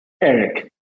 Eric